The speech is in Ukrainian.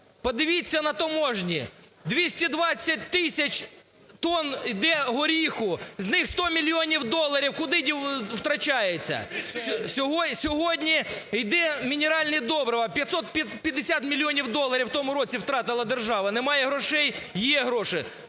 Подивіться на таможні, 220 тисяч тонн йде горіху, з них 100 мільйонів доларів куди втрачається. Сьогодні ідуть мінеральні добрива, 550 мільйонів доларів у тому році втратила держава. Немає грошей? Є гроші.